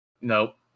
Nope